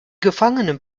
gefangenen